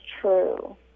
true